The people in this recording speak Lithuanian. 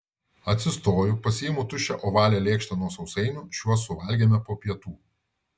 atsistoju pasiimu tuščią ovalią lėkštę nuo sausainių šiuos suvalgėme po pietų